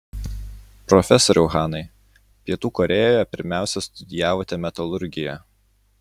profesoriau hanai pietų korėjoje pirmiausia studijavote metalurgiją